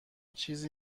چیزی